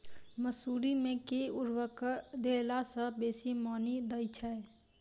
मसूरी मे केँ उर्वरक देला सऽ बेसी मॉनी दइ छै?